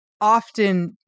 often